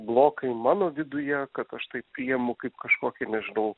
blokai mano viduje kad aš tai priimu kaip kažkokį nežinau